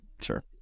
sure